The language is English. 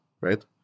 right